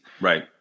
right